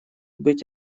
быть